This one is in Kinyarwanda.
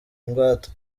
ingwate